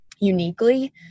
uniquely